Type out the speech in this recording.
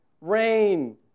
rain